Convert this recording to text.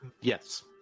Yes